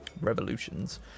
Revolutions